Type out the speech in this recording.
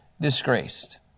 disgraced